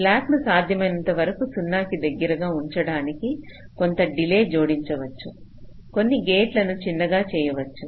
slack ను సాధ్యమైనంత వరకు 0 కి దగ్గరగా ఉంచడానికి కొంత డిలే జోడించవచ్చు కొన్ని గేట్లను చిన్నగా చేయవచ్చు